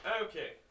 Okay